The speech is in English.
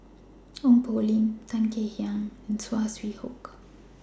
Ong Poh Lim Tan Kek Hiang and Saw Swee Hock